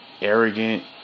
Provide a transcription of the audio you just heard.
arrogant